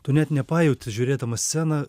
tu net nepajuti žiūrėdamas sceną